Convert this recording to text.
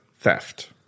theft